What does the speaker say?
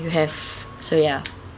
you have so ya